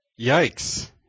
Yikes